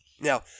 Now